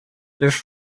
this